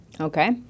Okay